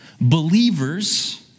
believers